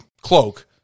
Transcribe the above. cloak